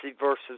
versus